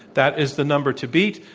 that is the number to beat.